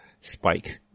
Spike